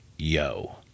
Yo